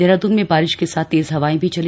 देहरादून में बारिश के साथ तेज हवाएं भी चली